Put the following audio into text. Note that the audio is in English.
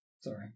Sorry